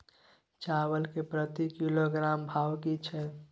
चावल के प्रति किलोग्राम भाव की छै?